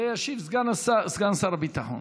ישיב סגן שר הביטחון.